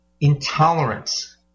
intolerance